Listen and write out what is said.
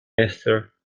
esther